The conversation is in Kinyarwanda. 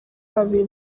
babiri